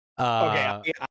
Okay